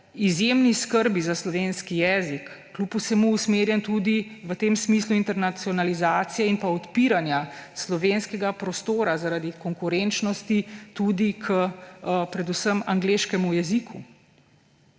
izjemni skrbi za slovenski jezik kljub vsemu usmerjen tudi v tem smislu internacionalizacije in odpiranja slovenskega prostora zaradi konkurenčnosti tudi k predvsem angleškemu jeziku.